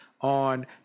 on